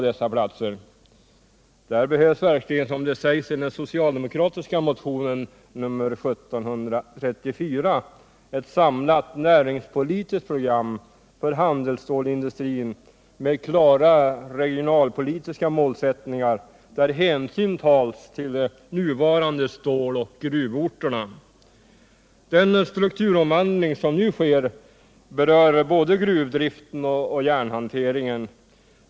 Där behövs det verkligen, som det sägs i den socialdemokratiska motionen 1734, att en långsiktig näringspolitik redovisas jämte en plan med klara målsättningar för regionalpolitiken där hänsyn tas till de nuvarande ståloch gruvorterna. Den strukturomvandling som nu sker berör både gruvdriften och järnhanteringen.